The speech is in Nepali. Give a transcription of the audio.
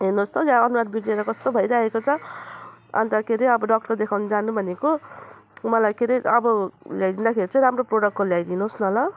हेर्नुहोस् त यहाँ अनुहार बिग्रेर कस्तो भइरहेको छ अनि त के रे अब डक्टर देखाउनु जानु भनेको मलाई के रे अब ल्याइदिँदाखेरि चाहिँ राम्रो प्रोडक्टको ल्याइदिनुहोस् न ल